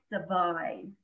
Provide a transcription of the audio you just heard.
divide